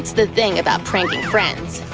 the thing about pranking friends.